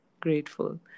grateful